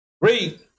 Read